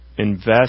Invest